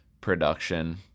production